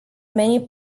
many